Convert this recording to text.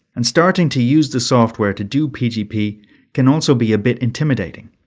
and starting to use the software to do pgp can also be a bit intimidating.